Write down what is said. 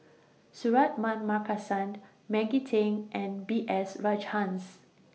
Suratman Markasan Maggie Teng and B S Rajhans